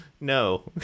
No